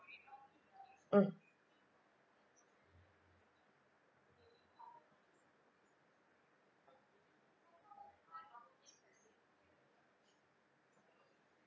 mm